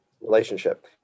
relationship